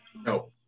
No